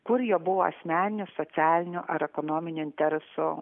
kur jo buvo asmeninių socialinių ar ekonominių interesų